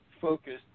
focused